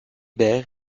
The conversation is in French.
hébert